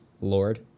Lord